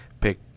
pick